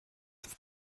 have